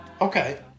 Okay